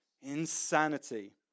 Insanity